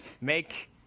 make